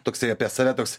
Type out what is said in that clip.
toksai apie save toks